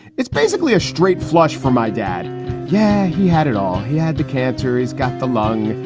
it's basically a straight flush for my dad yeah, he had it all. he had the cancer. he's got the lung.